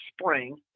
spring